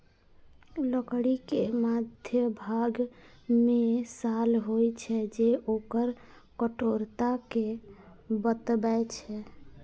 लकड़ी के मध्यभाग मे साल होइ छै, जे ओकर कठोरता कें बतबै छै